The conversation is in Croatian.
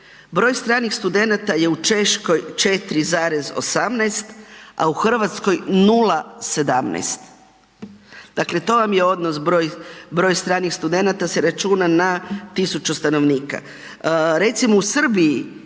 broj stranih studenata je u Češkoj 4,18, a u Hrvatskoj 0,17. Dakle, to vam je odnos, broj stranih studenata se računa na 1000 stanovnika. Recimo, u Srbiji